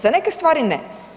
Za neke stvari ne.